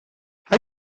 hay